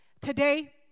today